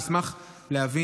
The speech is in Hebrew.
אני אשמח להבין.